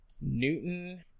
Newton